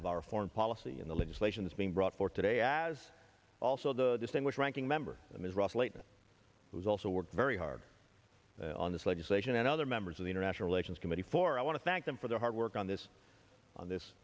of our foreign policy in the legislation is being brought forth today as also the distinguished ranking member of ms ruff later who is also worked very hard on this legislation and other members of the international relations committee for i want to thank them for their hard work on this on this